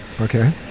Okay